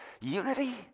unity